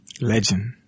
Legend